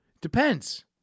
Depends